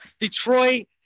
Detroit